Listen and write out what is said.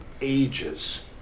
ages